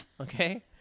Okay